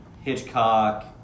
Hitchcock